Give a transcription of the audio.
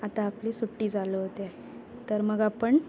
आता आपली सुट्टी चालू होते तर मग आपण